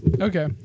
Okay